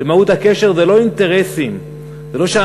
מהות הקשר זה לא אינטרסים,